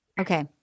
Okay